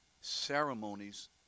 ceremonies